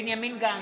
בנימין גנץ,